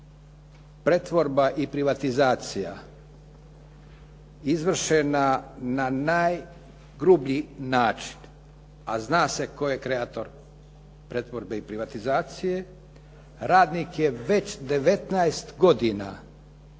pretvorba i privatizacija izvršena na najgrublji način, a zna se tko je kreator pretvorbe i privatizacije, radnik je već 19 godina